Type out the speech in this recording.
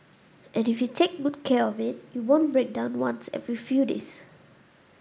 and if you take good care of it it won't break down once every few days